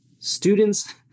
Students